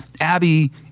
abby